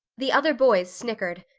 the other boys snickered.